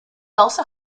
also